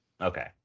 Okay